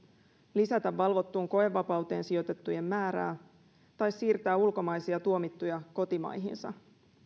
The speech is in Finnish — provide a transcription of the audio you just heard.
lisätä valvottuun koevapauteen sijoitettujen määrää tai siirtää ulkomaisia tuomittuja kotimaihinsa